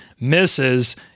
misses